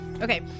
Okay